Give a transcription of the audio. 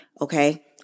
Okay